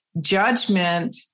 judgment